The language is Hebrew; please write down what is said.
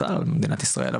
בכלל במדינת ישראל,